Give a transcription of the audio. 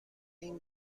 این